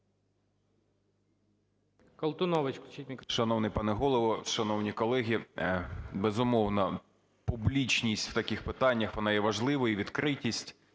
Шановний пане Голово, шановні колеги! Безумовно, публічність в таких питаннях, вона є важлива, і відкритість,